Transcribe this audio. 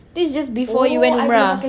this is just before you went umrah